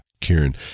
Kieran